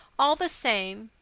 all the same,